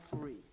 free